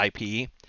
IP